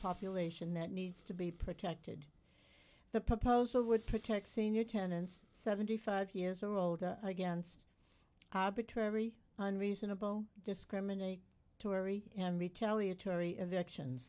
population that needs to be protected the proposal would protect senior tenants seventy five years or older against arbitrary and reasonable discriminate tory and retaliatory actions